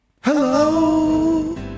Hello